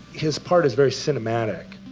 his part is very cinematic.